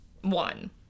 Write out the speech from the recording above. one